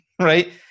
right